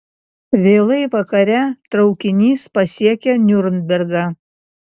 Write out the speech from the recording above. vėlai vakare traukinys pasiekia niurnbergą